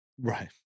Right